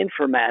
Informatics